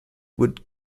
would